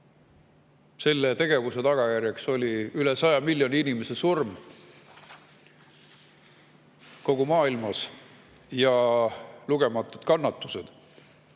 selle tegevuse tagajärjeks oli üle 100 miljoni inimese surm kogu maailmas ja lugematud kannatused. Vaatame,